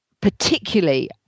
particularly